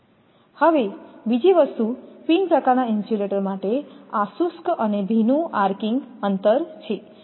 હવે બીજી વસ્તુ પિન પ્રકારનાં ઇન્સ્યુલેટર માટે આ શુષ્ક અને ભીનું આર્કિંગ અંતર છે